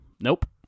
Nope